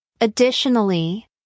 Additionally